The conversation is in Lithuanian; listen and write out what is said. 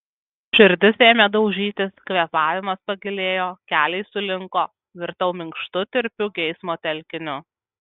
širdis ėmė daužytis kvėpavimas pagilėjo keliai sulinko virtau minkštu tirpiu geismo telkiniu